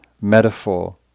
metaphor